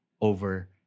over